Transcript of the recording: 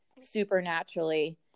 supernaturally